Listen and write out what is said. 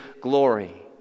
glory